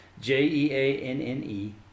J-E-A-N-N-E